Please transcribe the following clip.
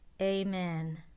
Amen